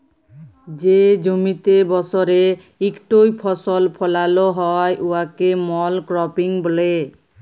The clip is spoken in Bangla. যে জমিতে বসরে ইকটই ফসল ফলাল হ্যয় উয়াকে মলক্রপিং ব্যলে